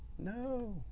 no.